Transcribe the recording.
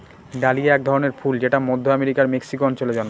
dahlia এক ধরনের ফুল যেটা মধ্য আমেরিকার মেক্সিকো অঞ্চলে জন্মায়